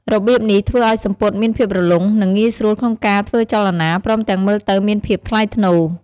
របៀបនេះធ្វើឲ្យសំពត់មានភាពរលុង និងងាយស្រួលក្នុងការធ្វើចលនា ព្រមទាំងមើលទៅមានភាពថ្លៃថ្នូរ។